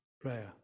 prayer